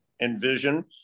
envision